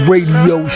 Radio